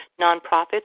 nonprofits